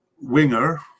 winger